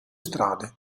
strade